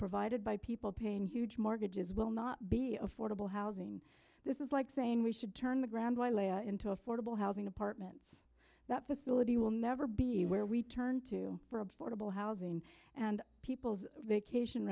provided by people paying huge mortgages will not be affordable housing this is like saying we should turn the grand while a into affordable housing apartment that facility will never be where we turn to for affordable housing and people's vacation